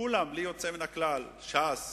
כולם בלי יוצא מן הכלל, ש"ס